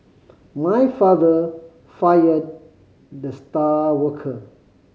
my father fired the star worker